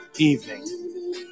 evening